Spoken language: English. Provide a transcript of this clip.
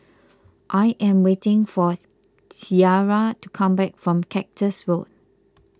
I am waiting for Ciara to come back from Cactus Road